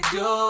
go